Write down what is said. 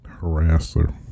harasser